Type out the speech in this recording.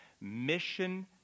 Mission